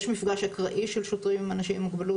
יש מפגש אקראי של שוטרים עם אנשים עם מוגבלות,